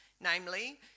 namely